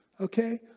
okay